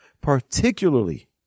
Particularly